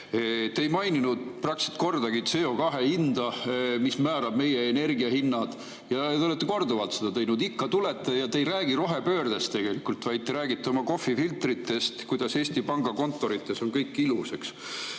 Te ei maininud praktiliselt kordagi CO2hinda, mis määrab meie energiahinnad. Te olete seda korduvalt teinud. Ikka tulete siia ja te ei räägi rohepöördest tegelikult, vaid räägite oma kohvifiltritest, kuidas Eesti Panga kontorites on kõik ilus, eks